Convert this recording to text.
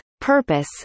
purpose